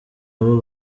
abo